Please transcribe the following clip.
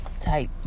type